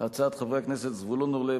הצעות חברי הכנסת זבולון אורלב,